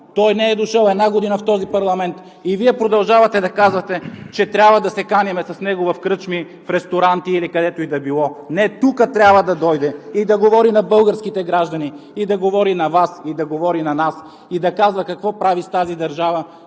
Той не е дошъл една година в този парламент и Вие продължавате да казвате, че трябва да се каним с него в кръчми, в ресторанти или където и да било. Не, тук трябва да дойде и да говори на българските граждани, и да говори на Вас, и да говори на нас, и да казва какво прави с тази държава,